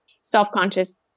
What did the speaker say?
self-conscious